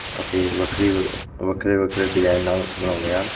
ਅਤੇ ਵੱਖਰੀ ਵੱਖਰੇ ਵੱਖਰੇ ਡਿਜ਼ਾਈਨ ਨਾਲ ਬਣਾਉਂਦੇ ਹਨ